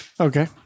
Okay